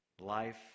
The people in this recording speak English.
life